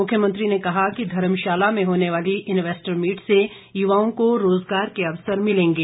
मुख्यमंत्री ने कहा कि धर्मशाला में होने वाली इन्वेस्टर मीट से युवाओं को रोजगार के अवसर मिलेंगे